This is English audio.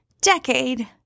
decade